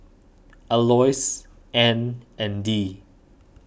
Alois Anne and Dee